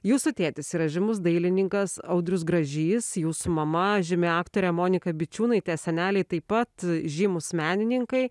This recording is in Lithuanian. jūsų tėtis yra žymus dailininkas audrius gražys jūsų mama žymi aktorė monika bičiūnaitė seneliai taip pat žymūs menininkai